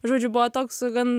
žodžiu buvo toks gan